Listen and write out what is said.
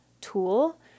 tool